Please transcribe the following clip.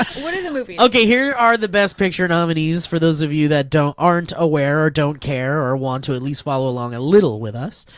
what are the movies? okay, here are the best picture nominees for those of you that aren't aware, or don't care, or want to at least follow along a little with us.